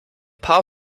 paar